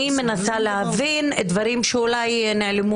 אני מנסה להבין דברים שאולי נעלמו